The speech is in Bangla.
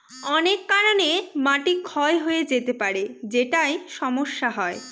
অনেক কারনে মাটি ক্ষয় হয়ে যেতে পারে যেটায় সমস্যা হয়